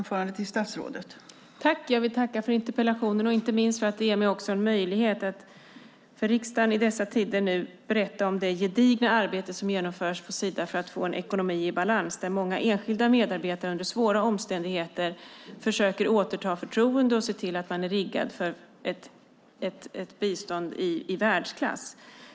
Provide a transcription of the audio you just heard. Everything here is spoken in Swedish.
Fru talman! Jag vill tacka för interpellationen, inte minst för att den också ger mig en möjlighet att för riksdagen nu i dessa tider berätta om det gedigna arbete som genomförs på Sida för att få en ekonomi i balans och där många enskilda medarbetare under svåra omständigheter försöker återta förtroendet och se till att man är riggad för ett bistånd i världsklass.